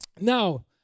Now